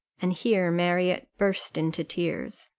and here marriott burst into tears.